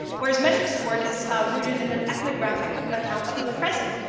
whereas metrics at work is rooted in an ethnographic account of the present,